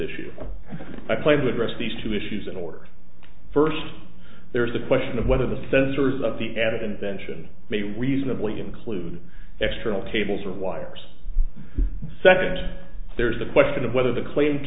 and i played with russ these two issues in order first there's the question of whether the centers of the added invention may reasonably include external cables or wires second there's the question of whether the claim